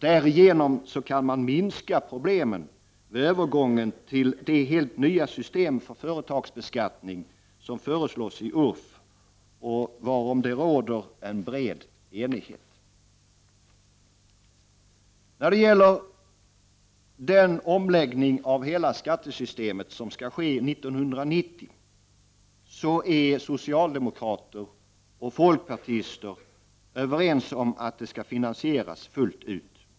Därigenom minskar problemen vid övergången till det helt nya system för företagsbeskattning som föreslås i URF, varom också bred enighet råder. När det gäller den omläggning av hela skattesystemet som skall ske 1990 är socialdemokraterna och folkpartiet överens om att denna skall finansieras fullt ut.